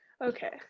okay